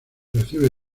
recibe